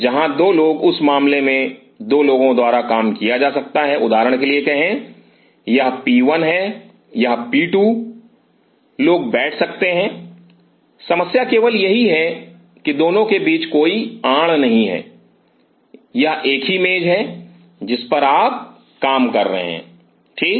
जहां 2 लोग उस मामले में 2 लोगों द्वारा काम किया जा सकता है उदाहरण के लिए कहे यह पी 1 है यह पी 2 लोग बैठ सकते हैं समस्या केवल यही है दोनों के बीच कोई आड़ नहीं है यह एक ही मेज है जिस पर आप काम कर रहे हैं ठीक